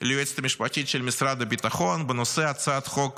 ליועצת המשפטית של משרד הביטחון בנושא הצעת חוק